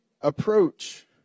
approach